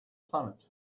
planet